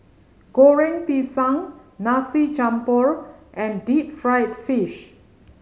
Goreng Pisang nasi jampur and deep fried fish